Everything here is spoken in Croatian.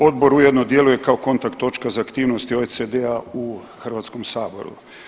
Odbor ujedno djeluje kao kontakt točka za aktivnosti OECD-a u Hrvatskom saboru.